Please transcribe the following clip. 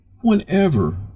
whenever